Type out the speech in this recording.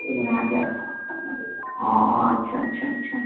তিন হাজার ও আচ্ছা আচ্ছা আচ্ছা